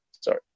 sorry